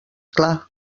clar